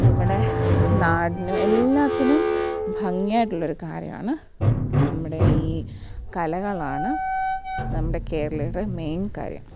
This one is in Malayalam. നമ്മുടെ നാടിനും എല്ലാത്തിനും ഭംഗിയായിട്ടുള്ളൊരു കാര്യമാണ് നമ്മുടെ ഈ കലകളാണ് നമ്മുടെ കേരളീയരുടെ മെയിൻ കാര്യം